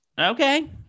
Okay